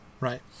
Right